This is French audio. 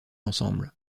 ensemble